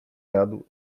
jadał